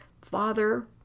Father